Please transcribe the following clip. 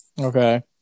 Okay